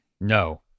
No